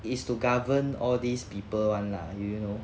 is to govern all these people [one] lah you know